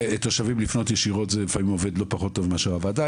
תושבים לפנות ישירות לפעמים זה עובד לא פחות טוב מאשר הוועדה,